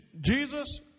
Jesus